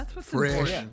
fresh